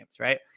right